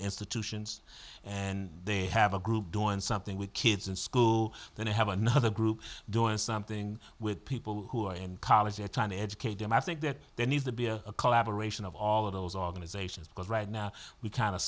institutions and they have a group doing something with kids in school that have another group doing something with people who are in college or trying to educate them i think that there needs to be a collaboration of all of those organizations because right now we kind of